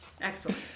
Excellent